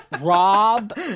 Rob